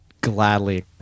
gladly